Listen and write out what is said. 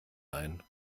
einen